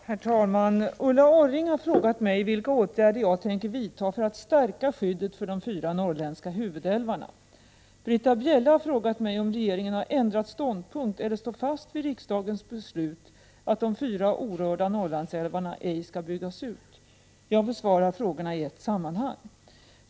Herr talman! Ulla Orring har frågat mig vilka åtgärder jag tänker vidta för att stärka skyddet för de fyra norrländska huvudälvarna. Britta Bjelle har frågat mig om regeringen har ändrat ståndpunkt eller står fast vid riksdagens beslut att de fyra orörda Norrlandsälvarna ej skall byggas ut. Jag besvarar frågorna i ett sammanhang.